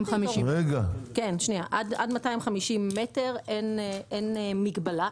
עד 250 מטרים אין מגבלה.